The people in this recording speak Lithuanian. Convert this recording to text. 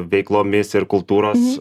veiklomis ir kultūros